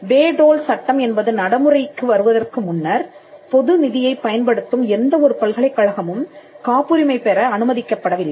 Bayh Dole சட்டம் என்பது நடைமுறைக்கு வருவதற்கு முன்னர் பொது நிதியைப் பயன்படுத்தும் எந்த ஒரு பல்கலைக்கழகமும் காப்புரிமை பெற அனுமதிக்கப்படவில்லை